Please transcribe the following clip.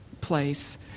place